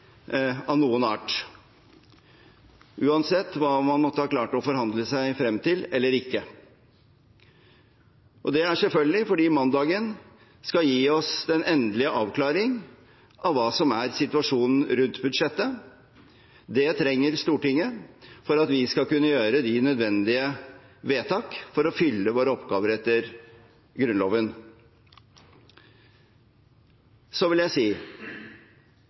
av noen art, uansett hva man måtte ha klart å forhandle seg frem til – eller ikke. Det er selvfølgelig fordi mandagen skal gi oss den endelige avklaring av hva som er situasjonen rundt budsjettet. Det trenger Stortinget for at vi skal kunne gjøre de nødvendige vedtak for å fylle våre oppgaver etter Grunnloven. Så vil jeg si